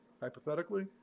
hypothetically